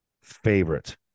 favorite